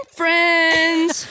friends